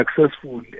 successful